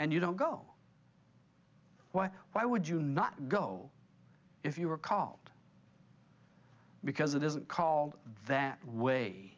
and you don't go why why would you not go if you recall because it isn't called that way